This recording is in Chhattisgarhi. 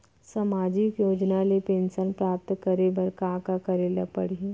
सामाजिक योजना ले पेंशन प्राप्त करे बर का का करे ल पड़ही?